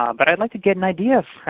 um but i'd like to get an idea,